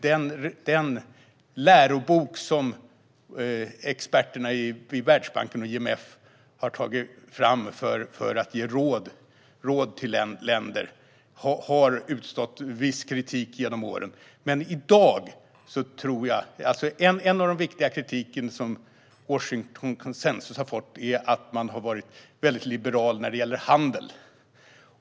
Den lärobok som experterna i Världsbanken och IMF har tagit fram för att ge länder råd har fått utstå viss kritik genom åren. En viktig kritik som Washingtonkonsensus har fått är att man har varit väldigt liberal när det gäller handel.